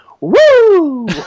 woo